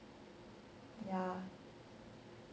ya